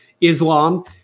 Islam